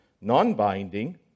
non-binding